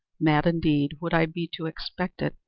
mad indeed would i be to expect it,